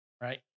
right